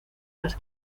las